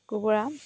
কুকুৰা